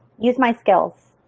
use my skills.